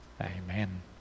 amen